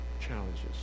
challenges